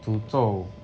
诅咒